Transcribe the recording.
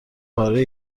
پاره